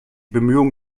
bemühungen